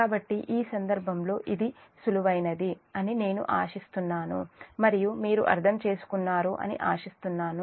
కాబట్టి ఈ సందర్భంలో ఇది సులువయింది అని నేను ఆశిస్తున్నాను మరియు మీరు అర్థం చేసుకున్నారు అని ఆశిస్తున్నాను